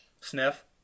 Sniff